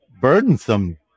burdensome